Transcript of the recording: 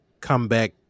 comeback